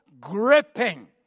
gripping